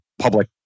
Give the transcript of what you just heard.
public